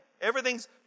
Everything's